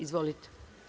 Izvolite.